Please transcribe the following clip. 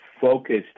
focused